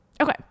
okay